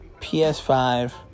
ps5